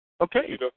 Okay